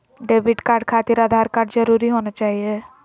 Debit card खातिर Aadhaar card जरूरी होना चाहिए?